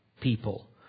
people